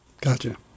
Gotcha